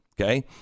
okay